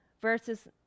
versus